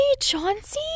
Chauncey